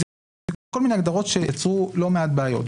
אלה כל מיני הגדרות שיצרו לא מעט בעיות,